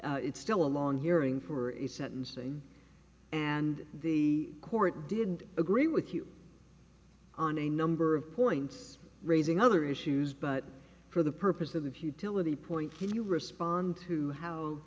it's still a long hearing for instance and the court did agree with you on a number of points raising other issues but for the purpose of the futility point can you respond to how